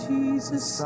Jesus